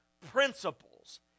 principles